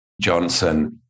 Johnson